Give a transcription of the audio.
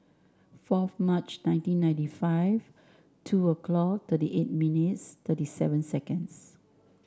four March nineteen ninety five two o'clock thirty eight minutes thirty seven seconds